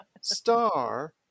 star